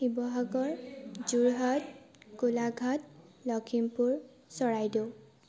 Sivasagar Jorhat Golaghat Lakhimpur Charaideo